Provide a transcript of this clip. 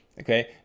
okay